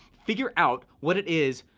figure out what it is,